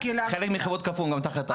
חלק מחברות 'קרפור' גם תחת ההשגחה של ה-OU.